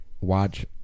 watch